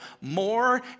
more